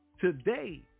Today